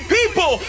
People